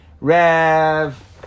Rev